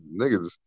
Niggas